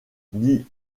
dit